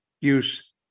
use